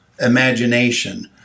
imagination